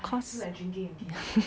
cause